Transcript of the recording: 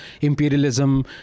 imperialism